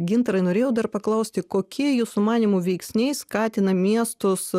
gintarai norėjau dar paklausti kokie jūsų manymu veiksniai skatina miestus